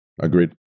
Agreed